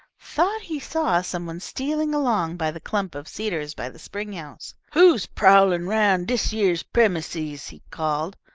thought he saw some one stealing along by the clump of cedars by the spring-house. who's prowlin' roun' dis yere premises? he called.